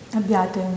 abbiate